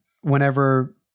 whenever